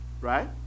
Right